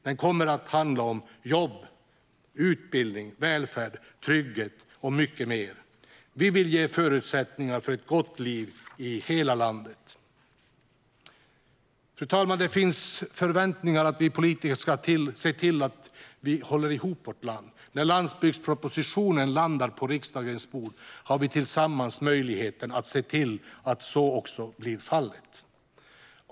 Den handlar om jobb, utbildning, välfärd, trygghet och mycket mer. Vi vill ge förutsättningar för ett gott liv i hela landet. Fru talman! Det finns en förväntan på att vi politiker ska se till att vi håller ihop vårt land. När landsbygdspropositionen landar på riksdagens bord har vi tillsammans möjligheten att se till att så blir fallet.